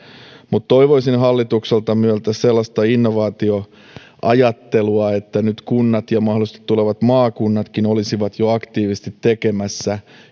mutta toivoisin hallitukselta ja muilta sellaista innovaatioajattelua että nyt kunnat ja mahdollisesti tulevat maakunnatkin olisivat jo aktiivisesti tekemässä